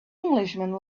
englishman